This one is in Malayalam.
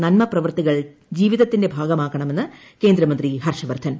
നന്മപ്രവൃത്തികൾ ജീവിതത്തിന്റെ ഭാഗമാക്കണമെന്ന് കേന്ദ്രമന്ത്രി ഹർഷ വർദ്ധൻ